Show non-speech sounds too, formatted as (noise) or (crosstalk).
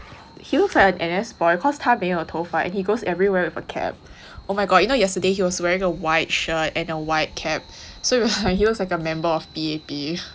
he looks like a N_S boy cause 他没有头发 and he goes everywhere with a cap oh my god you know yesterday he was wearing a white shirt and a white cap so he (breath) looks like a member of P_A_P